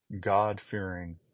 God-fearing